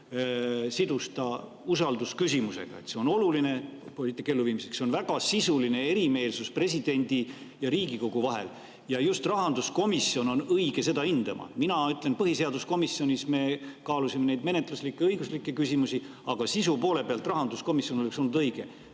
ja just rahanduskomisjon on õige seda hindama. Mina ütlen, et põhiseaduskomisjonis kaalusime me menetluslikke ja õiguslikke küsimusi, aga sisu poole pealt oleks rahanduskomisjon olnud õige